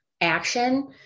action